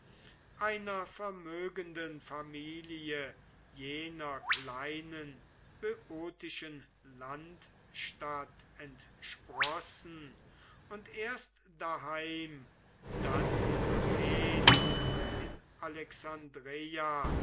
einer vermögenden familie jener kleinen böotischen landstadt entsprossen und erst daheim dann in athen und in alexandreia